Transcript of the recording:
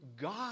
God